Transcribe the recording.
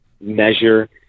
measure